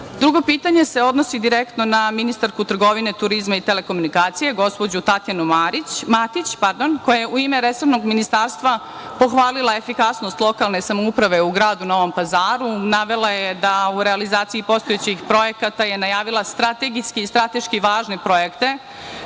pitanje se odnosi direktno na ministarku trgovine, turizma i telekomunikacija, gospođu Tatjanu Matić, koja je u ime resornog ministarstva pohvalila efikasnost lokalne samouprave u gradu Novom Pazaru. Navela je da u realizaciji postojećih projekata je navela strategijski i strateški važne projekte